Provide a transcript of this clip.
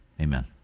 amen